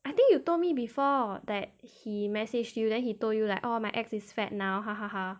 I think you told me before that he message you then he told you like orh my ex is fat now